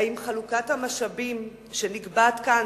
האם חלוקת המשאבים שנקבעת כאן,